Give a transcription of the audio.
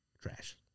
Trash